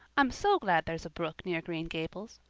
i'm so glad there's a brook near green gables.